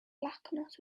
blackness